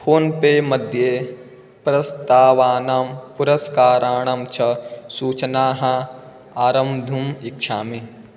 phone pay मध्ये प्रस्तावानां पुरस्काराणां च सूचनाः आरब्धुम् इच्छामि